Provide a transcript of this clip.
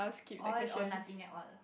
all or nothing at all